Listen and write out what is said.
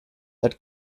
that